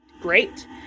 Great